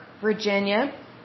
Virginia